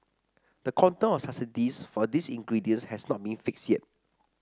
the quantum subsidies for these ingredients has not been fixed yet